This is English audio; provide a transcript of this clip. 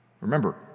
Remember